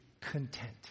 content